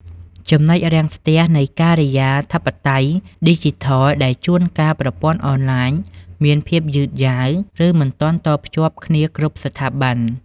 ចំណុចរាំងស្ទះនៃ "ការិយាធិបតេយ្យឌីជីថល" ដែលជួនកាលប្រព័ន្ធអនឡាញមានភាពយឺតយ៉ាវ ឬមិនទាន់តភ្ជាប់គ្នាគ្រប់ស្ថាប័ន។